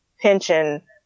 pension